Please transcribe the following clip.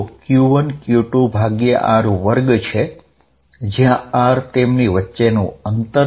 બે ચાર્જ વચ્ચે બળ |F| 14π0q1q2r2 છે જ્યાં r તેમના વચ્ચેનું અંતર છે